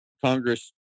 Congress